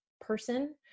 person